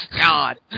God